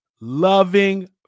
loving